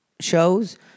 shows